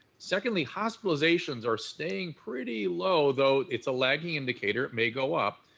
secondly, hospitalizations are staying pretty low, though it's a lagging indicator, it may go up.